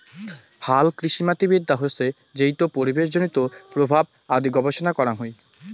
হালকৃষিমাটিবিদ্যা হসে যেইটো পরিবেশজনিত প্রভাব আদি গবেষণা করাং হই